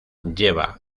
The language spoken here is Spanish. lleva